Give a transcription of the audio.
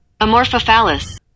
Amorphophallus